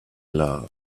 love